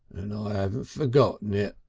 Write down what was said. and i aven't forgot it.